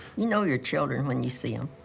you know your children when you see um